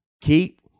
keep